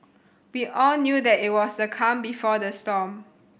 we all knew that it was the calm before the storm